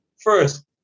first